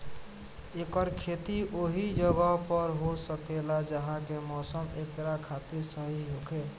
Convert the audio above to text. एकर खेती ओहि जगह पर हो सकेला जहा के मौसम एकरा खातिर सही होखे